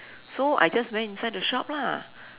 so I just went inside the shop lah